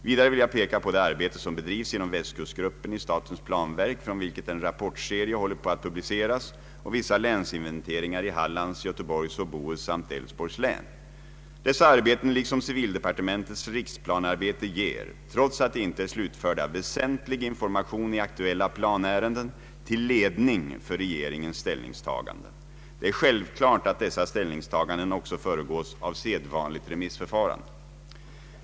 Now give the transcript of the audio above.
Vidare vill jag peka på det arbete som bedrivs inom Västkustgruppen i statens planverk, från vilket en rapportserie håller på att publiceras, och vissa länsinventeringar i Hallands, Göteborgs och Bohus samt Älvsborgs län. Dessa arbeten liksom civildepartementets riksplanearbete ger, trots att de inte är slutförda, väsentlig information i aktuella planärenden, till ledning för regeringens ställningstaganden. Det är självklart att dessa ställningstaganden också föregås av sedvanligt remissförfarande.